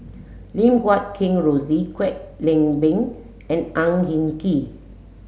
Lim Guat Kheng Rosie Kwek Leng Beng and Ang Hin Kee